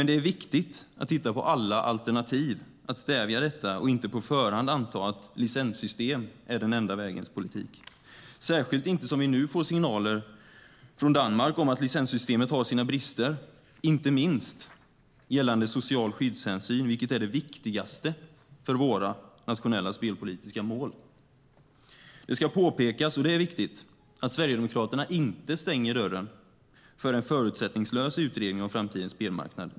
Det är viktigt titta på alla alternativ för att stävja detta och inte på förhand anta att licenssystem är den enda vägens politik, särskilt inte som vi nu får signaler från Danmark om att licenssystemet har sina brister. Det gäller inte minst sociala skyddshänsyn, vilket är det viktigaste för våra nationella spelpolitiska mål. Det ska påpekas, och det är viktigt, att Sverigedemokraterna inte stänger dörren för en förutsättningslös utredning om framtidens spelmarknad.